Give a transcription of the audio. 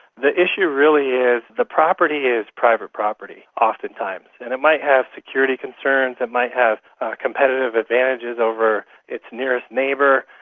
the issue really is the property is private property oftentimes, and it might have security concerns, it might have competitive advantages over its nearest neighbour,